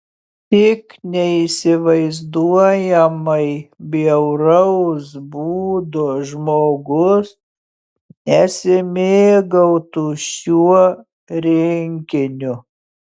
tik neįsivaizduojamai bjauraus būdo žmogus nesimėgautų šiuo rinkiniu